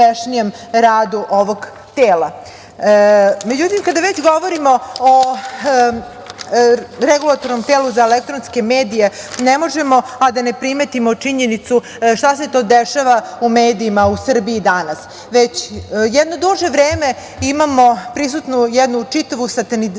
radu ovog tela.Međutim, kada još govorimo o REM-u, ne možemo, a da ne primetimo činjenicu šta se to dešava u medijima u Srbiji danas. Već jedno duže vreme imamo prisutnu jednu čitavu satanizaciju